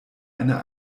eine